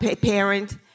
parent